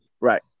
Right